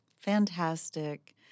Fantastic